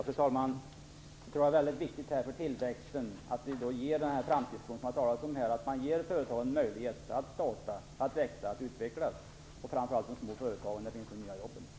Fru talman! Jag tror att det är väldigt viktigt för tillväxten med den framtidstro som vi har talat om, och att man ger företagen möjlighet att starta, växa och utvecklas. Det gäller framför allt de små företagen där de nya jobben finns.